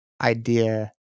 idea